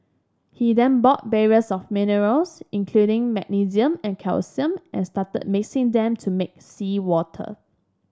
he then bought barrels of minerals including magnesium and calcium and started mixing them to make seawater